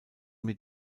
mit